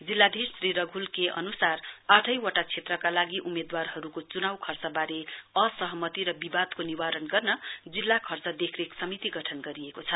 जिल्लाधीश श्री रगुल के अनुसार आठैवटा क्षेत्रका लागि उम्मेदवारहरुको चुनाउ र खर्चवारे असहमति र विवादको निवारण गर्ने जिल्ला खर्चा देखरेख समिति गठन गरिएको छ